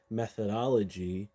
methodology